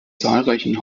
zahlreichen